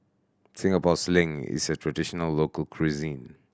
Singapore Sling is a traditional local cuisine